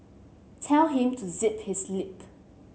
tell him to zip his lip